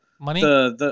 Money